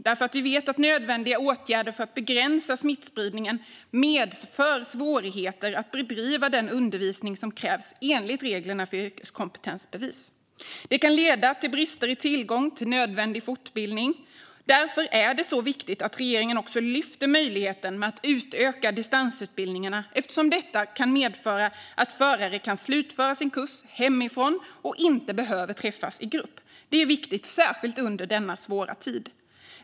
Vi vet nämligen att nödvändiga åtgärder för att begränsa smittspridningen medför svårigheter att bedriva den undervisning som krävs enligt reglerna för yrkeskompetensbevis. Det kan leda till brister i tillgång till nödvändig fortbildning. Därför är det så viktigt att regeringen lyfter fram möjligheten att utöka distansutbildningarna, eftersom detta kan medföra att förare kan slutföra sin kurs hemifrån och inte behöver träffas i grupp. Det är viktigt särskilt under denna svåra tid.